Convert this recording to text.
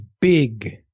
big